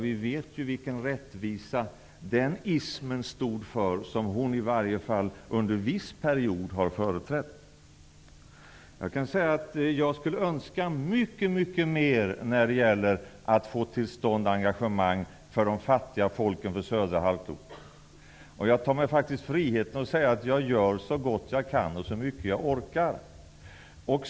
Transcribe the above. Vi vet ju vilken rättvisa den ismen stod för som hon i varje fall under en viss period har företrätt. Jag skulle önska mycket mer när det gäller att få till stånd engagemang för de fattiga folken på södra halvklotet. Jag tar mig faktiskt friheten att säga att jag gör så gott jag kan och så mycket jag orkar.